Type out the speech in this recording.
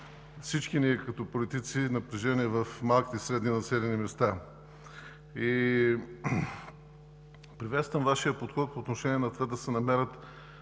всички ние като политици напрежение в малките и средните населени места. Приветствам Вашия подход по отношение на това да се намерят